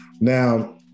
Now